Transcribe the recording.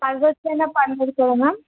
five days అయినా పర్లేదు కదా మ్యామ్